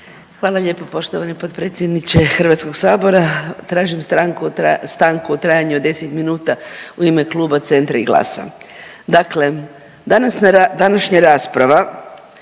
Hvala lijepo poštovani potpredsjedniče HS. Tražim stranku, stanku u trajanju od 10 minuta u ime Kluba Centra i GLAS-a. Dakle današnja rasprava